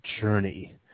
journey